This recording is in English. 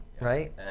right